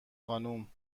خانم